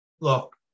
look